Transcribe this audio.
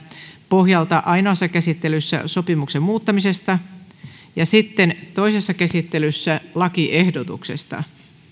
pohjalta ainoassa käsittelyssä sopimuksen muuttamisesta ja sitten toisessa käsittelyssä lakiehdotuksesta